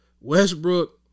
Westbrook